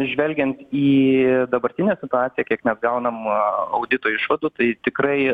žvelgiant į dabartinę situaciją kiek mes gaunam audito išvadų tai tikrai